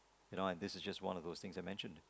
you know and this is just one of those things I mentioned